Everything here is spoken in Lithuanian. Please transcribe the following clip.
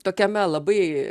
tokiame labai